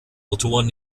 motoren